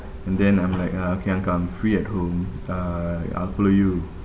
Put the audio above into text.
and then I'm like ah okay uncle I'm free at home uh I'll follow you